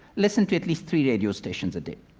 listen to at least three radio stations a day.